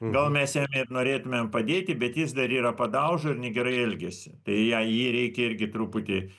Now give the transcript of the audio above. gal mes jam ir norėtumėm padėti bet jis dar yra padauža ir negerai elgiasi tai ją jį reikia irgi truputį